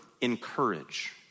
encourage